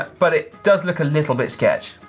but it does look a little bit sketch,